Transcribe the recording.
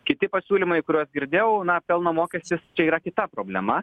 kiti pasiūlymai kuriuos girdėjau na pelno mokestis čia yra kita problema